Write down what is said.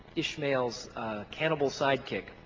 ishmael's cannibal sidekick,